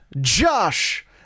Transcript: Josh